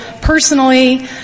personally